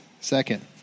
Second